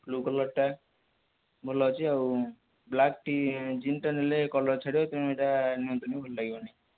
blue କଲର୍ଟା ଭଲ ଅଛି ଆଉ ବ୍ଳାକ୍ ଟି ଜିନ୍ସଟା ନେଲେ କଲର୍ ଛାଡ଼ିବ ତ ତେଣୁ ଏଇଟା ନିଅନ୍ତୁନି ଭଲ ଲାଗିବନି